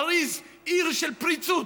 פריז עיר של פריצות,